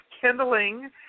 kindling